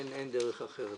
אין דרך אחרת.